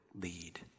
lead